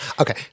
okay